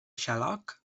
xaloc